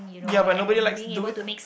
ya but nobody likes to do it aye